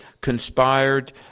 conspired